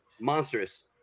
monstrous